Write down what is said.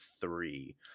three